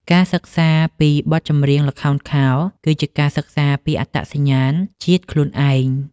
ការសិក្សាពីបទចម្រៀងល្ខោនខោល គឺជាការសិក្សាពីអត្តសញ្ញាណជាតិខ្លួនឯង។